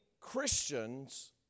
Christians